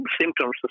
symptoms